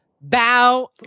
bow